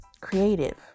creative